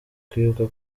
kwibuka